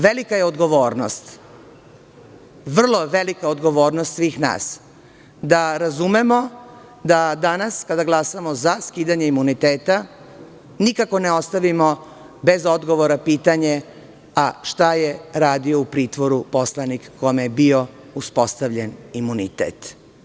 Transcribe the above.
Velika je odgovornost svih nas da razumemo, da danas kada glasamo za skidanje imuniteta nikako ne ostavimo bez odgovora pitanje – a šta je radio u pritvoru poslanik kome je bio uspostavljen imunitet.